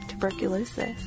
Tuberculosis